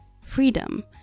freedom